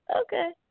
okay